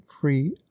free